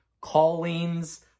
callings